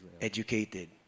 educated